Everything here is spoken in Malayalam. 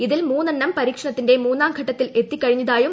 ഇതിൽ മൂന്നെണ്ണം പരീക്ഷണത്തിന്റെ മൂന്നാം ഘട്ടത്തിൽ എത്തിക്കഴിഞ്ഞു